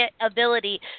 ability